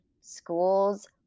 schools